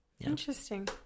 Interesting